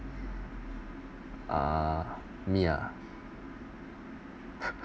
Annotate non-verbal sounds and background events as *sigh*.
ah me ah *laughs*